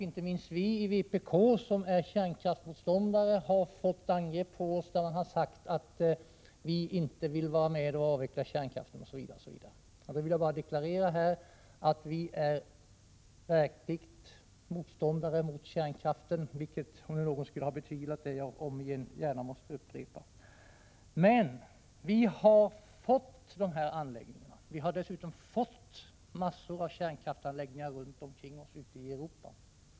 Inte minst vi i vpk, som är kärnkraftsmotståndare, har blivit angripna, och det har sagts att vi inte vill vara med och avveckla kärnkraften osv. Som svar på det vill jag här deklarera att vi är verkliga motståndare till kärnkraft, om nu någon skulle ha betvivlat det. Men vi har fått dessa anläggningar. Vi har dessutom fått mängder av kärnkraftsanläggningar omkring oss ute i Europa.